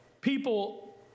people